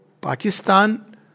Pakistan